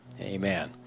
Amen